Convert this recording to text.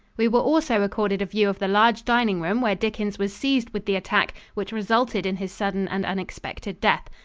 we were also accorded a view of the large dining room where dickens was seized with the attack which resulted in his sudden and unexpected death.